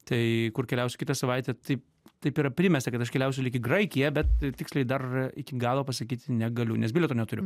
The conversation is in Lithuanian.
tai kur keliausiu kitą savaitę tai taip yra primesta kad aš keliausiu lyg į graikiją bet tiksliai dar iki galo pasakyti negaliu nes bilieto neturiu